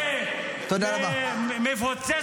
תודה רבה.